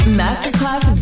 masterclass